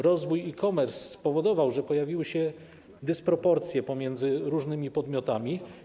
Rozwój e-commerce spowodował, że pojawiły się dysproporcje pomiędzy różnymi podmiotami.